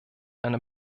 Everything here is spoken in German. einem